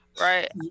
right